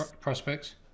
Prospects